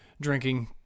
drinking